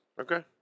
okay